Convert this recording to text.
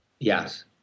Yes